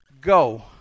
go